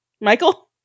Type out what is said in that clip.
Michael